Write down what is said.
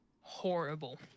horrible